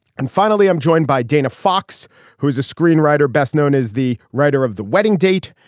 and finally i'm joined by dina fox who is a screenwriter best known as the writer of the wedding date.